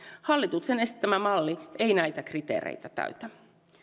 hallituksen esittämä malli ei näitä kriteereitä täytä